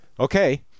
okay